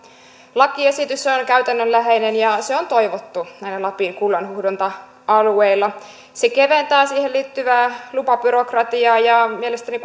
lakiesitys on käytännönläheinen ja se on toivottu näillä lapin kullanhuuhdonta alueilla se keventää siihen liittyvää lupabyrokratiaa ja mielestäni